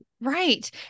Right